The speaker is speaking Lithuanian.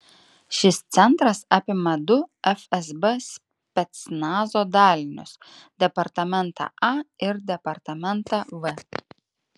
šis centras apima du fsb specnazo dalinius departamentą a ir departamentą v